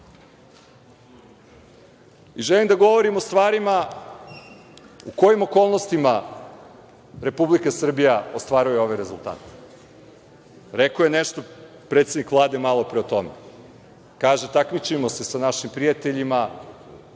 da govorim o stvarima u kojim okolnostima Republika Srbija ostvaruje ove rezultate. Rekao je nešto predsednik Vlade malopre o tome. Kaže, takmičimo se sa našim prijateljima,